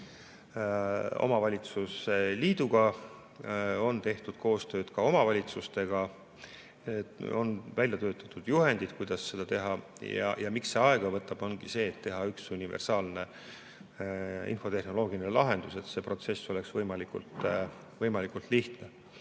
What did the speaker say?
omavalitsuste liiduga, koostööd on tehtud ka omavalitsustega ja on välja töötatud juhendid, kuidas seda teha. Põhjus, miks see aega võtab, ongi see, et tuleb teha üks universaalne infotehnoloogiline lahendus, et see protsess oleks võimalikult lihtne.